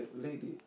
lady